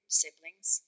siblings